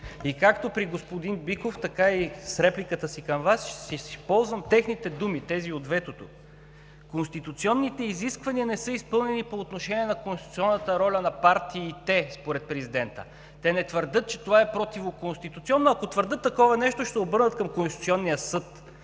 Както при господин Биков, така и с репликата си към Вас ще използвам техните думи – тези от ветото: конституционните изисквания не са изпълнени по отношение на конституционната роля на партиите според президента. Те не твърдят, че това е противоконституционно – ако твърдят такова нещо, ще се обърнат към Конституционния съд.